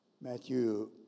Matthew